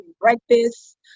breakfast